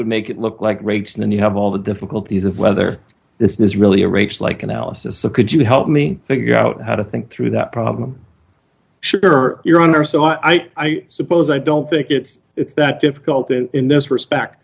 would make it look like rakes and you have all the difficulties of whether this is really a race like analysis of could you help me figure out how to think through that problem sure your honor so i suppose i don't think it's that difficult in this respect